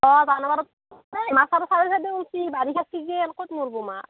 অঁ জালত মাছ আৰু চাৰু চাইডে চাইডে উঠছি বাৰিষাৰ চিজেন ক'ত মৰব' মাছ